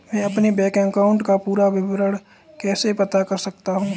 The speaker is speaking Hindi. मैं अपने बैंक अकाउंट का पूरा विवरण कैसे पता कर सकता हूँ?